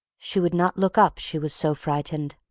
she would not look up she was so frightened.